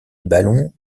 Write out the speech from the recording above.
ballons